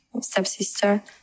stepsister